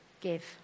give